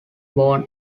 born